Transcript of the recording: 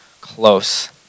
close